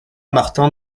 martin